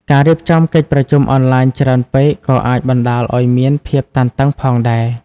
ការរៀបចំកិច្ចប្រជុំអនឡាញច្រើនពេកក៏អាចបណ្តាលឱ្យមានភាពតានតឹងផងដែរ។